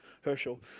Herschel